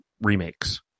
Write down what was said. remakes